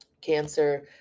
Cancer